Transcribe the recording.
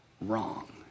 wrong